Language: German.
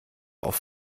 auf